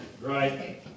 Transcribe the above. Right